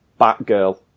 Batgirl